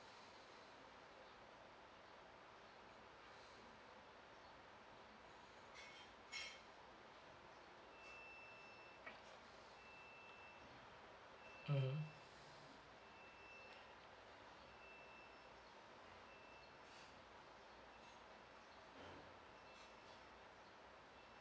mmhmm